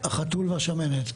החתול והשמנת.